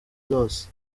zose